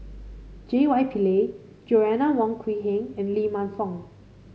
J Y Pillay Joanna Wong Quee Heng and Lee Man Fong